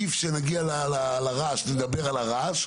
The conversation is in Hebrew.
ואמר: אתם לא משאירים את הבדיקות לתכנון המפורט,